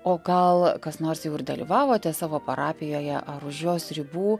o gal kas nors jau ir dalyvavote savo parapijoje ar už jos ribų